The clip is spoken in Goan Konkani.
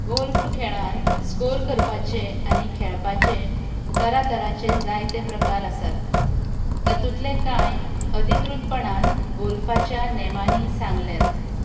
गोल्फ खेळांत स्कोर करपाचे आनी खेळपाचे तरातरांचे जायते प्रकार आसात तातुंतलें कांय अधिकृतपणान गोल्फाच्या नेमांनी सांगल्यात